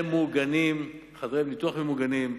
ממוגנות, חדרי ניתוח ממוגנים.